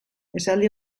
esaldi